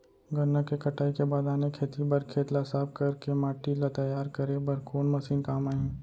गन्ना के कटाई के बाद आने खेती बर खेत ला साफ कर के माटी ला तैयार करे बर कोन मशीन काम आही?